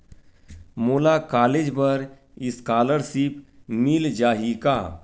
मोला कॉलेज बर स्कालर्शिप मिल जाही का?